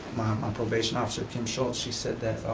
my probation officer, kim schultz, she said that,